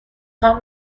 خوام